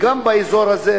גם באזור הזה,